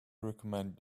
recommend